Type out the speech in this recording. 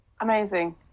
Amazing